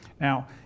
Now